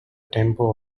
tempo